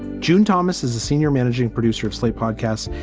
june thomas is the senior managing producer of slate podcasts,